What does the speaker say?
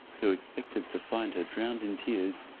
who expected to find her drowned in tears,